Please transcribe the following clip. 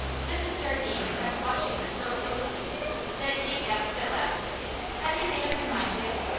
mrs. jardine kept watching her so closely that kate asked at last have you made up your mind, yet?